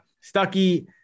Stucky –